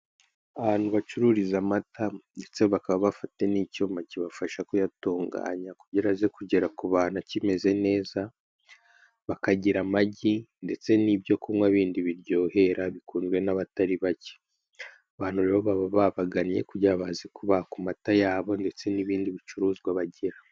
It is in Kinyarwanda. Ahantu bacururiza amata ndetse bakaba bafite n'icyuma kibafasha kuyatunganya kugira ngo aze kugera ku bantu akimeze neza, bakagira amagi ndetse n'ibyo kunywa bindi biryohera bikunze n'abatari bake, abantu rero baba babagannye kugira ngo baze kubaha ku mata yabo ndetse n'ibindi bicuruzwa bagira.